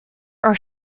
are